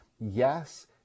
Yes